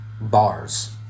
bars